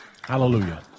Hallelujah